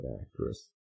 actress